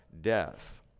death